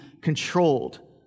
controlled